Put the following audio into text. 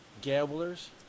Gamblers